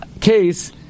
case